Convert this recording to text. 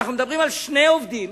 אנחנו מדברים על שני עובדים,